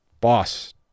boss